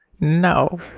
No